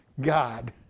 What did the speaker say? God